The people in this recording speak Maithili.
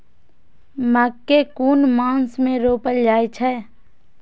मकेय कुन मास में रोपल जाय छै?